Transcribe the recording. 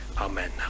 Amen